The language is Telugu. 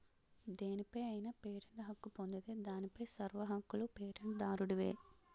దేనిపై అయినా పేటెంట్ హక్కు పొందితే దానిపై సర్వ హక్కులూ పేటెంట్ దారుడివే